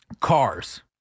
Cars